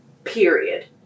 period